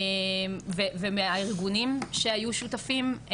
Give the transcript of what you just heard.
ומהארגונים שהיו שותפים,